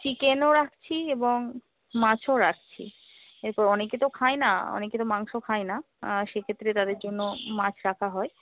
চিকেনও রাখছি এবং মাছও রাখছি এরপর অনেকে তো খায় না অনেকে তো মাংস খায় না সেক্ষেত্রে তাদের জন্য মাছ রাখা হয়